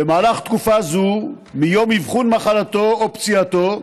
במהלך תקופה זו, מיום אבחון מחלתו או פציעתו,